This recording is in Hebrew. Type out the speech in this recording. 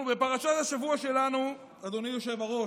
אנחנו בפרשת השבוע שלנו, אדוני היושב-ראש,